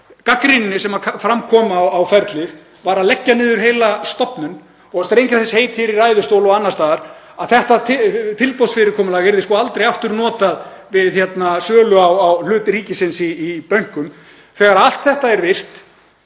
gagnrýninni sem fram kom á ferlið var að leggja niður heila stofnun og strengja þess heit hér í ræðustóli og annars staðar að þetta tilboðsfyrirkomulag yrði aldrei aftur notað við sölu á hlut ríkisins í bönkum, þegar allt þetta er virt